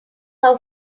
how